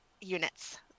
units